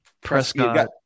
Prescott